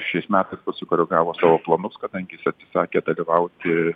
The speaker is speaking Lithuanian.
šiais metas pasikoregavo savo planus kadangi jis atsisakė dalyvauti